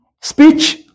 speech